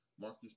Marcus